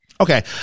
Okay